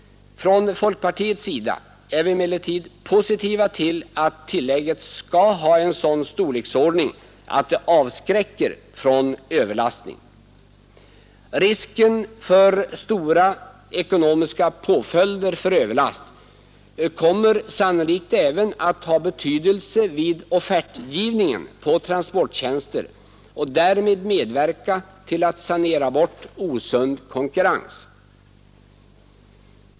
Från folkpartiets sida är vi emellertid positiva till att tillägget skall ha en sådan storleksordning att det avskräcker från överlastning. Risken för stora ekonomiska påföljder för överlast kommer sannolikt även att ha betydelse vid offertgivningen på transporttjänster och därmed medverka till att sanera bort osund konkurrens.